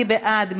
מי בעד?